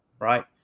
right